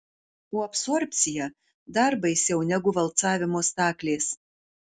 o absorbcija dar baisiau negu valcavimo staklės